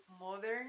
modern